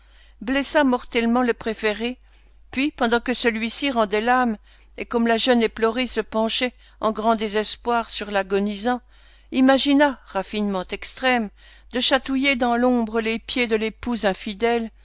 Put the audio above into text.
blessa mortellement le préféré puis pendant que celui-ci rendait l'âme et comme la jeune éplorée se penchait en grand désespoir sur l'agonisant imagina raffinement extrême de chatouiller dans l'ombre les pieds de l'épouse infidèle